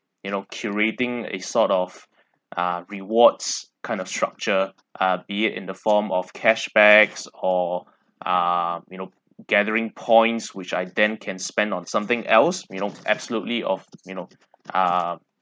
you know curating a sort of ah rewards kind of structure uh be it in the form of cashbacks or ah you know gathering points which I then can spend on something else you know absolutely of you know ah